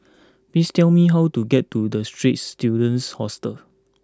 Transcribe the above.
please tell me how to get to the Straits Students Hostel